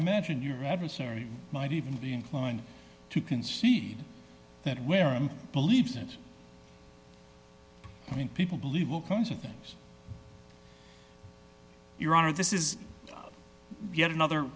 imagine your adversary might even be inclined to concede that believes that many people believe all kinds of things your honor this is yet another